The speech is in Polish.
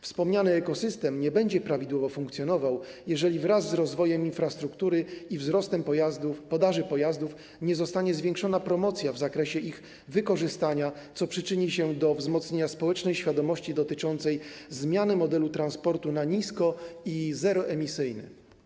Wspomniany ekosystem nie będzie prawidłowo funkcjonował, jeżeli wraz z rozwojem infrastruktury i wzrostem podaży pojazdów nie zostanie zwiększona promocja w zakresie ich wykorzystania, co przyczyni się do wzmocnienia społecznej świadomości dotyczącej zmiany modelu transportu na nisko- i zeroemisyjny.